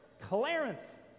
Clarence